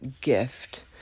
gift